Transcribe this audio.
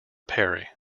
perry